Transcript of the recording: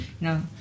No